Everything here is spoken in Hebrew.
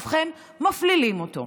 ובכן, מפלילים אותו.